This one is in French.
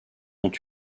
ont